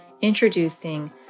introducing